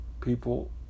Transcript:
people